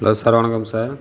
hello sir வணக்கம் sir